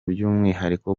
by’umwihariko